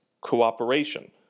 cooperation